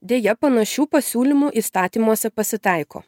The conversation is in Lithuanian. deja panašių pasiūlymų įstatymuose pasitaiko